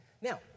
Now